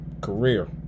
career